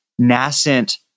nascent